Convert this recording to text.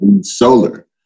Solar